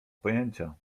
pojęcia